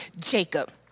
Jacob